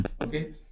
Okay